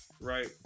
right